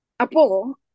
Apo